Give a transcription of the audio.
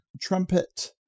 Trumpet